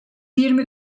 yirmi